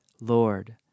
Lord